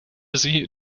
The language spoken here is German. sie